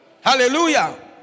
Hallelujah